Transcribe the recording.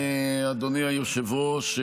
אדוני היושב-ראש.